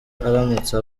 aramutse